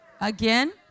again